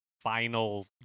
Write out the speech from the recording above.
final